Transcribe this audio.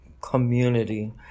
community